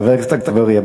חבר הכנסת אגבאריה,